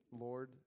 Lord